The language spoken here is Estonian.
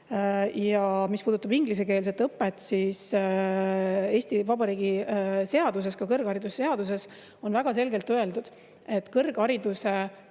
Mis puudutab ingliskeelset õpet, siis Eesti Vabariigi seaduses, kõrgharidusseaduses, on väga selgelt öeldud, et kõrghariduse